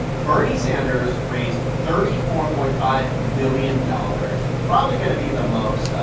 bernie sanders raised thirty four point five million dollars. that's probably going to be the most.